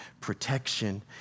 protection